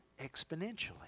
exponentially